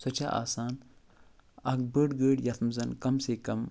سۄ چھےٚ اسان اَکھ بٔڑ گٲڑۍ یَتھ منٛز کم سے کم